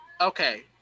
Okay